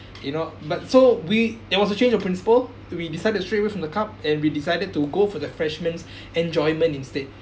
you know but so we there was a change of principal we decided straight away from the cup and we decided to go for the freshman's enjoyment instead